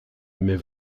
mais